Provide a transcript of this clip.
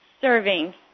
serving